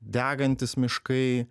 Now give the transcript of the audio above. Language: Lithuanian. degantys miškai